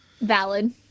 valid